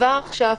כבר עכשיו,